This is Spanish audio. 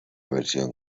versión